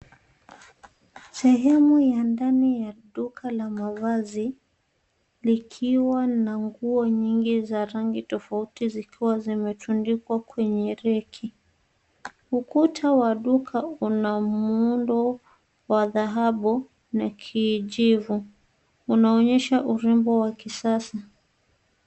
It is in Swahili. Sehemu ya ndani ya duka la mavazi likiwa na nguo nyingi za rangi tofauti zikiwa zimetundikwa kwenye reki. Ukuta wa duka una muundo wa dhahabu na kijivu. Unaonyesha urembo wa kisasa.